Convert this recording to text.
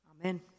Amen